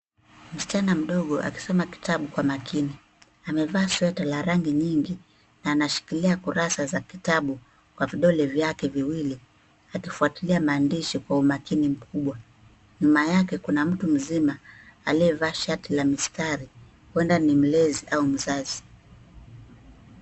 Msichana mdogo akisoma kitabu kwa makini, amevaa sweta la rangi nyingi na anashikilia kurasa za kitabu kwa vidole vyake viwili, akifuatilia maandishi kwa umakini mkubwa. Nyuma yake kuna mtu mzima aliyevaa shati la mistari, huenda ni mlezi au mzazi.